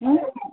ಹ್ಞೂ